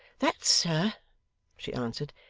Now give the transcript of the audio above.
that, sir she answered,